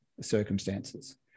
circumstances